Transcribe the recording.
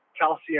calcium